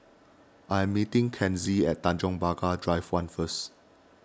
I am meeting Kenzie at Tanjong Pagar Drive one first